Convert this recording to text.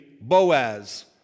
Boaz